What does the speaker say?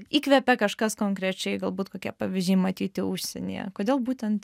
įkvėpė kažkas konkrečiai galbūt kokie pavyzdžiai matyti užsienyje kodėl būtent